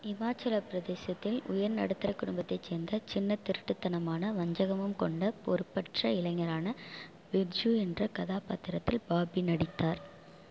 இமாச்சலப் பிரதேசத்தில் உயர் நடுத்தர குடும்பத்தைச் சேர்ந்த சின்ன திருட்டுத்தனமான வஞ்சகமும் கொண்ட பொறுப்பற்ற இளைஞரான பிர்ஜு என்ற கதாபாத்திரத்தில் பாபி நடித்தார்